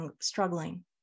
struggling